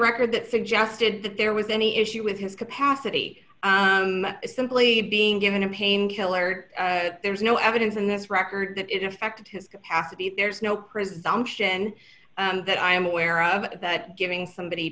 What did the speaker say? record that suggested that there was any issue with his capacity as simply being given a painkiller but there's no evidence in this record that it affected his capacity there's no presumption that i am aware of that giving somebody